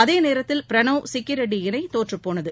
அதேநேரத்தில் பிரணவ் சிக்கிரெட்டி இணைதோற்றுப் போனது